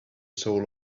soul